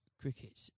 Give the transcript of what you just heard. cricket